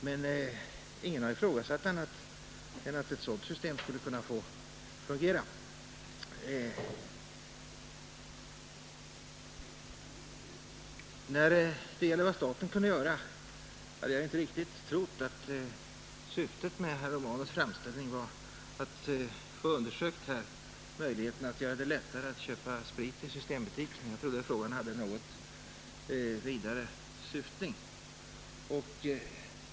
Men ingen har ifrågasatt annat än att ett sådant system skulle kunna få fungera. När det gäller vad staten skulle kunna göra hade jag inte trott att syftet med herr Romanus” framställning var att undersöka möjligheten att underlätta spritinköp i systembutikerna. Jag trodde att framställningen hade ett något vidare syfte.